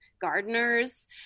gardeners